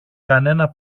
κανένα